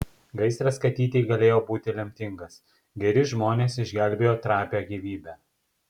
gaisras katytei galėjo būti lemtingas geri žmonės išgelbėjo trapią gyvybę